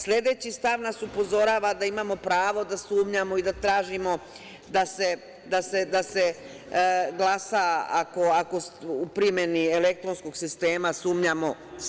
Sledeći stav nas upozorava da imamo pravo da sumnjamo i da tražimo da se glasa ako u primenu elektronskog sistema sumnjamo.